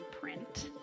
print